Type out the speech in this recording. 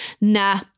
nah